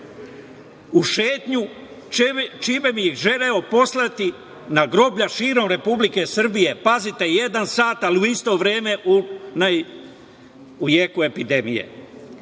u šetnju, čime bi želeo poslati na groblja širom Republike Srbije, pazite, jedan sat, ali u isto vreme u jeku epidemije. Da